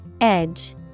Edge